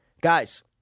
guys